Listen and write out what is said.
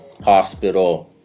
hospital